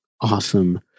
awesome